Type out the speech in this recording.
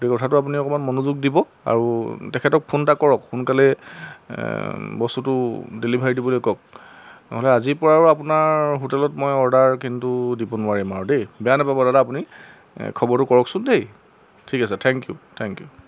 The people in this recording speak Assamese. গতিকে কথাটো আপুনি অকণমান মনোযোগ দিব আৰু তেখেতক ফোন এটা কৰক সোনকালে বস্তুটো ডেলিভাৰী দিবলৈ কওক নহ'লে আজিৰপৰা আৰু আপোনাৰ হোটেলত মই অৰ্ডাৰ কিন্তু দিব নোৱাৰিম আৰু দেই বেয়া নাপাব দাদা আপুনি খবৰটো কৰকচোন দেই ঠিক আছে থেংক ইউ থেংক ইউ